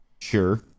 Sure